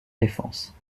défense